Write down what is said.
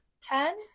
Ten